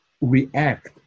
react